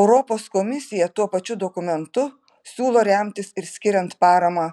europos komisija tuo pačiu dokumentu siūlo remtis ir skiriant paramą